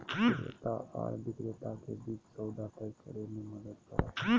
क्रेता आर विक्रेता के बीच सौदा तय करे में मदद करो हइ